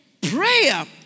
Prayer